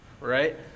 right